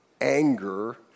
anger